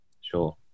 Sure